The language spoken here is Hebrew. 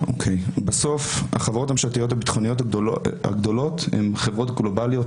בסוף החברות הממשלתיות הביטחוניות הגדולות הן חברות גלובליות,